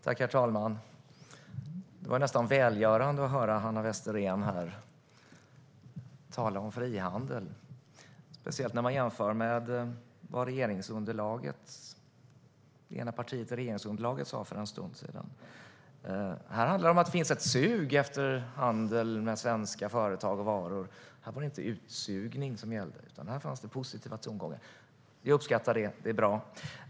Herr talman! Det var nästan välgörande att höra Hanna Westerén tala om frihandel, speciellt när man jämför med vad en företrädare för ett av partierna i regeringsunderlaget sa för en stund sedan. Här handlar det om att det finns ett sug efter handel med svenska företag och varor. Här var det inte utsugning som gällde, utan här fanns det positiva tongångar. Det uppskattar vi, och det är bra.